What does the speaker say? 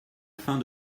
fin